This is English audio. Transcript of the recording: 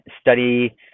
study